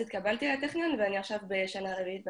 התקבלתי לטכניון ואני עכשיו בשנה רביעית בטכניון.